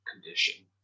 condition